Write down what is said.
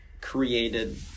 created